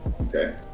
okay